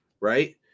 Right